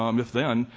um if then.